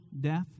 death